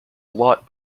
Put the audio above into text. lot